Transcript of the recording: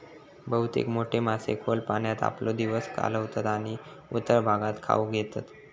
बहुतेक मोठे मासे खोल पाण्यात आपलो दिवस घालवतत आणि उथळ भागात खाऊक येतत